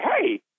hey